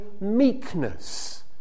meekness